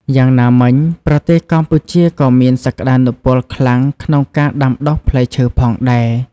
យ៉ាងណាមិញ ប្រទេសកម្ពុជាក៏មានសក្តានុពលខ្លាំងក្នុងការដាំដុះផ្លែឈើផងដែរ។